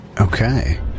Okay